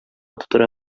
тутыра